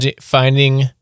Finding